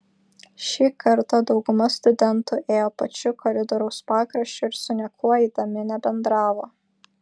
šį kartą dauguma studentų ėjo pačiu koridoriaus pakraščiu ir su niekuo eidami nebendravo